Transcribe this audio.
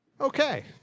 Okay